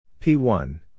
P1